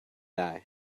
eye